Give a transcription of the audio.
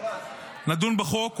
נדון בחוק,